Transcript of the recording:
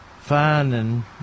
finding